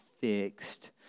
fixed